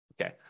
Okay